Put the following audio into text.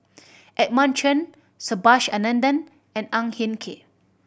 Edmund Chen Subhas Anandan and Ang Hin Kee